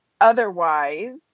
otherwise